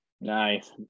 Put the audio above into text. Nice